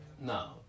No